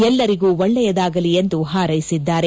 ಎಲ್ಲರಿಗೂ ಒಳ್ಳೆಯದಾಗಲಿ ಎಂದು ಪಾರೈಸಿದ್ದಾರೆ